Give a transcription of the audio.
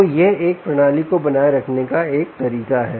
तो यह एक प्रणाली को बनाए रखने का एक तरीका है